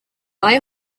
buy